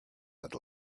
had